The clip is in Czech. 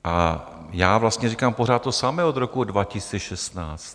A já vlastně říkám pořád to samé od roku 2016.